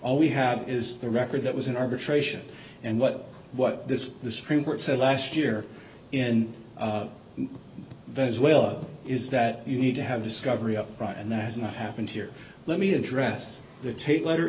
all we have is the record that was in arbitration and what what this the supreme court said last year in venezuela is that you need to have discovery up front and that has not happened here let me address the tape letter